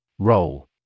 Roll